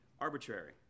arbitrary